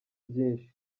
byinshi